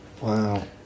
wow